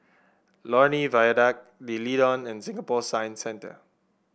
Lornie Viaduct D'Leedon and Singapore Science Centre